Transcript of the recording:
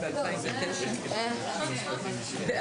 ננעלה בשעה 15:00.